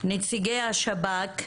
נציגי השב"כ,